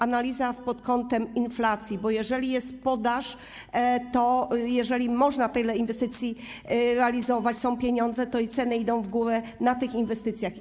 Analiza pod kątem inflacji, bo jeżeli jest podaż, jeżeli można tyle inwestycji realizować, są pieniądze, to i ceny idą w górę w przypadku tych inwestycji.